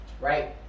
Right